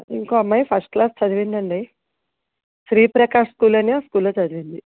ఇంకో అమ్మాయి first class చదివింది అండి శ్రీప్రకాష్ స్కూల్ అని ఆ స్కూల్లో చదివింది